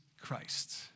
Christ